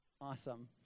Awesome